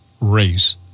race